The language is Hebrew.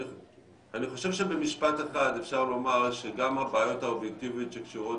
אני חושב שבמשפט אחד אפשר לומר שגם הבעיות האובייקטיביות שקשורות